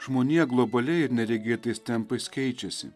žmonija globaliai ir neregėtais tempais keičiasi